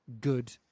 good